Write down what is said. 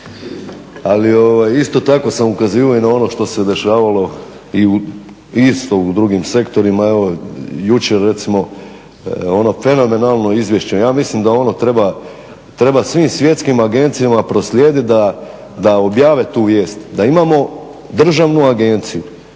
ovaj isto tako sam ukazivao i na ono što se dešavalo isto u drugim sektorima. Evo jučer recimo ono fenomenalno izvješće, ja mislim da ono treba svim svjetskim agencijama proslijediti da objave tu vijest da imamo državnu agenciju